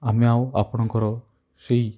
ଆମେ ଆଉ ଆପଣଙ୍କର ସେଇ